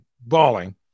bawling